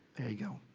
there you go.